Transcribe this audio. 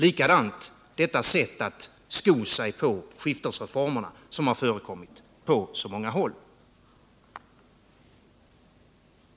Likadant är det med sättet att sko sig på skiftesreformerna som har förekommit på så många håll.